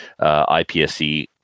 IPSC